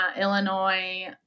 Illinois